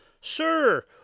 Sir